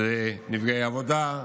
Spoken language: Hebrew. נפגעי עבודה,